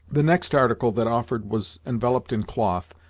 the next article that offered was enveloped in cloth,